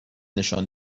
نشان